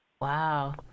Wow